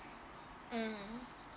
mm